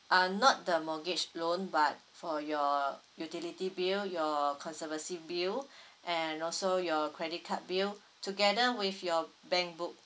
uh not the mortgage loan but for your utility bill your conservancy bill and also your credit card bill together with your bank book